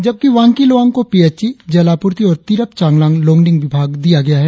जबकि वांकि लोवांग को पीएचई जल आपूर्ति और तिरप चांगलांग लोंगडिंग विभाग दिया गया है